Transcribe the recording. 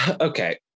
okay